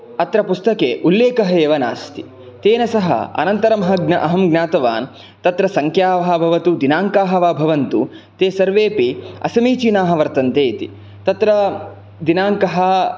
अत्र पुस्तके उल्लेकः एव नास्ति तेन सह अनन्तरम् अहं ज्ञातवान् तत्र संख्याः वा भवतु दिनाङ्कः वा भवन्तु ते सर्वेपि असमीचीनाः वर्तन्ते इति तत्र दिनाङ्कः